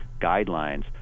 guidelines